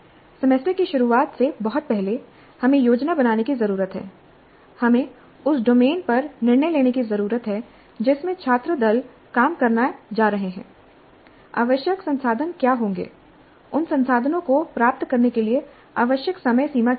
semester की शुरुआत से बहुत पहले हमें योजना बनाने की जरूरत है हमें उस डोमेन पर निर्णय लेने की जरूरत है जिसमें छात्र दल काम करने जा रहे हैं आवश्यक संसाधन क्या होंगे उन संसाधनों को प्राप्त करने के लिए आवश्यक समय सीमा क्या होगी